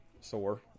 sore